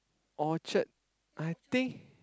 Orchard I think